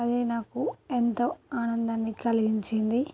అది నాకు ఎంతో ఆనందాన్ని కలిగించింది